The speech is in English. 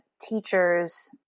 teachers